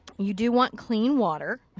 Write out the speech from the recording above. you do want clean water.